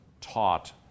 taught